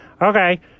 Okay